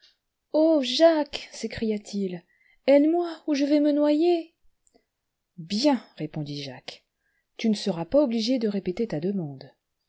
oh jacques s'écria-t-il aide-moi ou je vais me noyer bien répondit jacques tu ne seras pas obligé de répéter ta demande